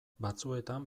batzuetan